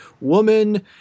woman